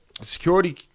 security